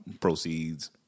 proceeds